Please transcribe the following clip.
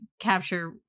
capture